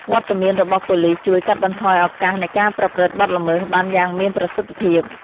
វត្តមានរបស់ប៉ូលិស ជួយ កាត់បន្ថយឱកាសនៃការប្រព្រឹត្តបទល្មើស បានយ៉ាងមានប្រសិទ្ធភាព។